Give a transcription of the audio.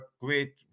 great